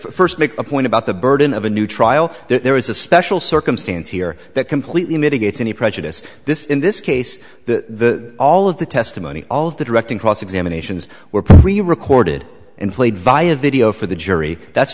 first make a point about the burden of a new trial there is a special circumstance here that completely mitigates any prejudice this in this case the all of the testimony all of the directing cross examinations were pre recorded and played via video for the jury that's